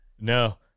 no